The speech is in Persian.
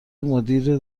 مدیر